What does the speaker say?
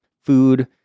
food